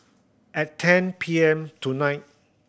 at ten P M tonight